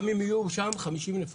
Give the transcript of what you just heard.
גם אם יהיו שם 50 נפשות.